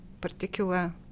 particular